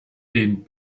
den